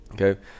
okay